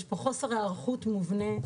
יש פה חוסר היערכות מובנה.